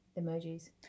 emojis